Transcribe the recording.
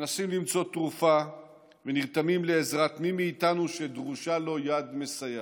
מנסים למצוא תרופה ונרתמים לעזרת מי מאיתנו שדרושה לו יד מסייעת.